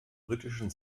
britischen